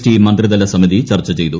T മന്ത്രിതല സമിതി ചർച്ച ചെയ്തു